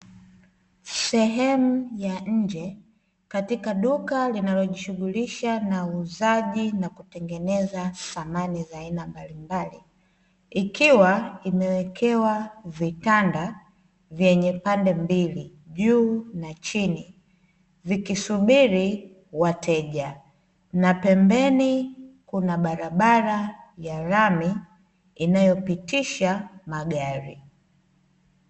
Sehemu ya nje katika duka linalojishughulisha na uuzaji na kutengeneza samani za aina mbalimbali, ikiwa limewekewa vitanda vyenye pande mbili juu na chini vikisubiri wateja, na pembeni kuna barabara ya lami inayopitisha magari.